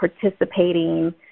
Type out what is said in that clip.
participating